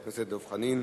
חבר הכנסת דב חנין,